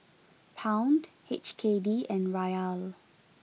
Pound H K D and Riyal